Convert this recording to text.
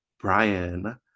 Brian